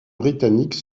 britanniques